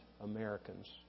Americans